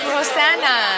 Rosanna